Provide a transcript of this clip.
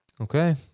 Okay